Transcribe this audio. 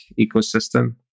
ecosystem